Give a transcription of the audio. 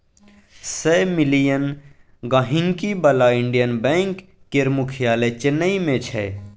सय मिलियन गांहिकी बला इंडियन बैंक केर मुख्यालय चेन्नई मे छै